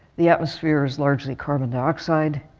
the atmosphere is largely carbon dioxide.